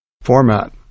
format